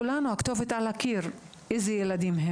להם לקבל ארוחה חמה ביום הלימודים,